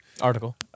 Article